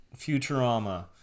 Futurama